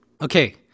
Okay